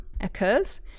occurs